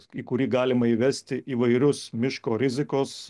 į kurį galima įvesti įvairius miško rizikos